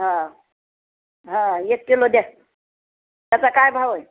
हां हां एक किलो द्या त्याचा काय भाव आहे